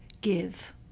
give